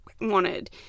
wanted